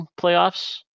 playoffs